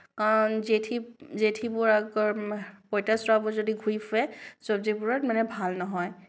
জেঠী জেঠীবোৰ পঁইতাচোৰাবোৰ যদি ঘূৰি ফুৰে চব্জিবোৰত মানে ভাল নহয়